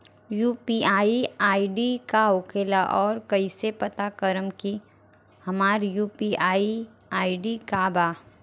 UPI ID का होखेला और कईसे पता करम की हमार यू.पी.आई आई.डी का बा?